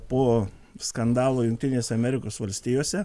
po skandalo jungtinėse amerikos valstijose